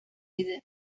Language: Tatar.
иде